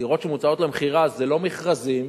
דירות שמוצעות למכירה זה לא מכרזים,